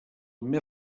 més